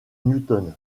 newton